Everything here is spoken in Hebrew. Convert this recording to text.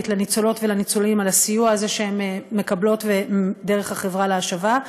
לניצולות ולניצולים על הסיוע הזה שהם מקבלים דרך החברה להשבה.